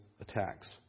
attacks